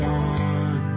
one